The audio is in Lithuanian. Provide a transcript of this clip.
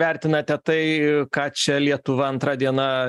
vertinate tai ką čia lietuva antra diena